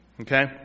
Okay